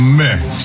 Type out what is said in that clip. mix